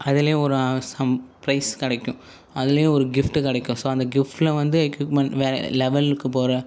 அதிலயே ஒரு some prize கிடைக்கும் அதிலயே ஒரு கிஃப்ட் கிடைக்கும் ஸோ அந்த கிஃப்ட்டில் வந்து எக்யூப்மெண்ட் வேற லெவலுக்கு போகிற